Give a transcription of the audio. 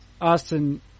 Austin